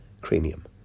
cranium